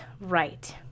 right